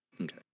Okay